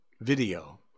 video